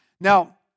Now